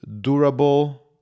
durable